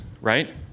right